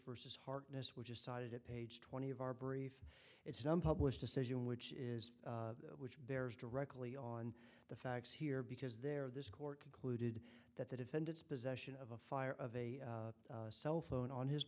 versus harkness which is cited at page twenty of our brief it's none published decision which is which bears directly on the facts here because there this court concluded that the defendant's possession of a fire of a cellphone on his